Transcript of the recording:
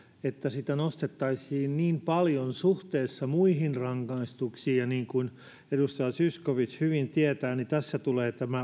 että sitä nostettaisiin niin paljon suhteessa muihin rangaistuksiin ja niin kuin edustaja zyskowicz hyvin tietää tässä tulee